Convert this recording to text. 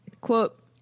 Quote